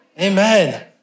Amen